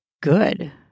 Good